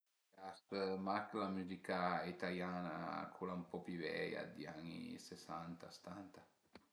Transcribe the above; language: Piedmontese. Mach la muzica italiana, cula ën po pi veia, i ani sesanta, stanta